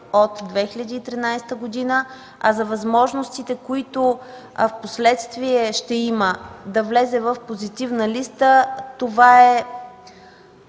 от 2013 г., а възможностите, които впоследствие ще има – да влезе в позитивната листа. Това е